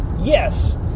yes